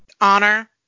Honor